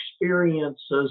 experiences